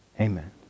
Amen